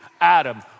Adam